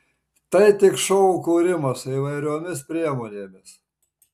tai tik šou kūrimas įvairiomis priemonėmis